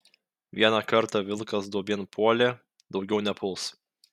vieną kartą vilkas duobėn puolė daugiau nepuls